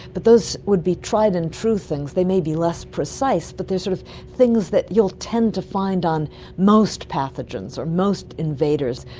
but those would be tried and true things, they may be less precise but they are sort of things that you will tend to find on most pathogens or most invaders.